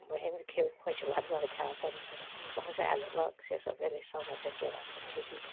बहिनके खोँइछ भरलक भाइ अपन भसै देलक से सब भेलै सामा चकेबाके विधि